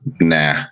nah